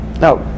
Now